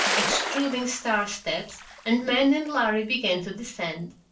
extruding stairsteps, and men and lhari began to descend.